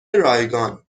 رایگان